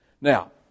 Now